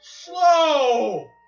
slow